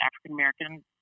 African-American